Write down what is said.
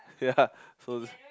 ya so